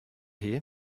here